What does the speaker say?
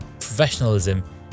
professionalism